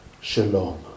Shalom